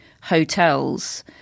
hotels